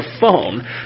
phone